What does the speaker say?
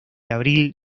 abril